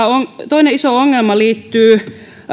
toinen iso ongelma liittyy